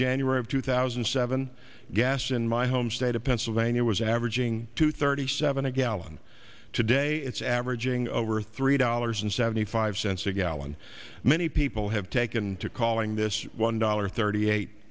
january of two thousand and seven gas in my home state of pennsylvania was averaging two thirty seven a gallon today it's averaging over three dollars and seventy five cents a gallon many people have taken to calling this one dollar thirty eight